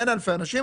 לא, אין אלפי אנשים.